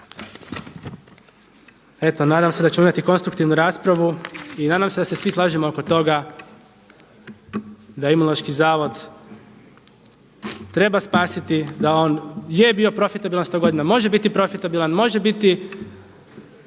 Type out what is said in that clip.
Eto nadam se da ćemo imati konstruktivnu raspravu i nadam se da se svi slažemo oko toga da Imunološki zavod treba spasiti, da on je bio profitabilan sto godina, može biti profitabilan, može biti